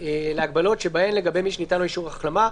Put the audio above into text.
להגבלות שבהן לגבי מי שניתן לו אישור החלמה,